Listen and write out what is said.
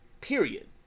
period